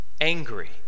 angry